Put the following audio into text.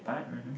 mmhmm